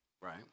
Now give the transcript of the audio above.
right